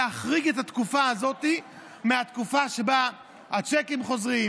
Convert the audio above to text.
להחריג את התקופה הזאת מהתקופה שבה הצ'קים חוזרים,